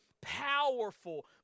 powerful